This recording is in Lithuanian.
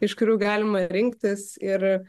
iš kurių galima rinktis ir